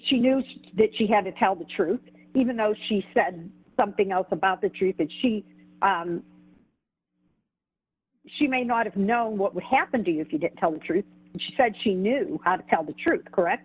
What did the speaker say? she knew that she had to tell the truth even though she said something else about the treatment she she may not have know what would happen to you if you didn't tell the truth and she said she knew how to tell the truth correct